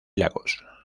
lagos